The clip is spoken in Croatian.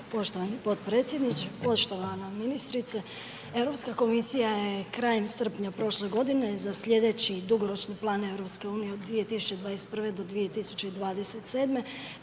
poštovani potpredsjedniče, poštovana ministrice Europska komisija je krajem srpnja prošle godine za slijedeći dugoročni plan EU od 2021. do 2027.